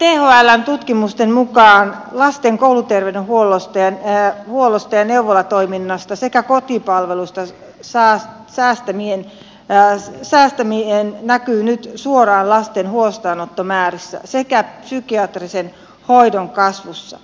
thln tutkimusten mukaan lasten kouluterveydenhuollosta ja neuvolatoiminnasta sekä kotipalvelusta säästäminen näkyy nyt suoraan lasten huostaanottomäärissä sekä psykiatrisen hoidon kasvussa